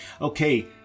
okay